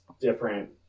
different